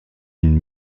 une